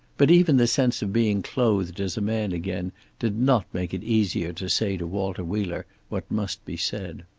but even the sense of being clothed as a man again did not make it easier to say to walter wheeler what must be said.